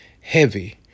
heavy